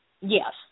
Yes